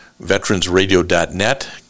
veteransradio.net